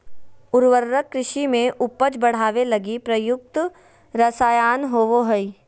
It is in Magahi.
उर्वरक कृषि में उपज बढ़ावे लगी प्रयुक्त रसायन होबो हइ